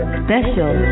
special